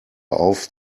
auf